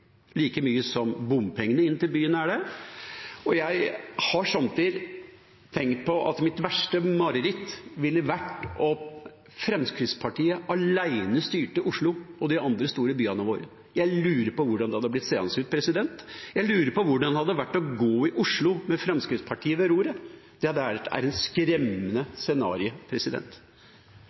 like mye som bompengene inn til byene er det. Jeg har somme tider tenkt på at mitt verste mareritt ville vært om Fremskrittspartiet alene styrte Oslo og de andre store byene våre. Jeg lurer på hvordan det hadde blitt seende ut. Jeg lurer på hvordan det hadde vært å gå i Oslo med Fremskrittspartiet ved roret. Det er et skremmende scenario.